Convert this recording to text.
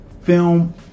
film